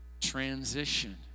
transition